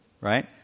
right